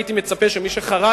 הייתי מצפה שמי שחרת